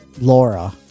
Laura